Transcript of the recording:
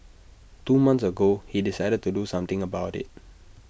two months ago he decided to do something about IT